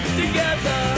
together